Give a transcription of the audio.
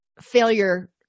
failure